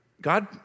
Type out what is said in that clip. God